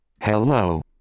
Hello